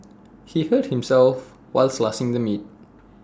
he hurt himself while slicing the meat